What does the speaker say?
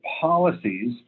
policies